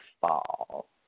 fall